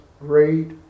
great